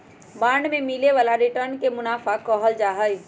bond से मिले वाला रिटर्न के मुनाफा कहल जाहई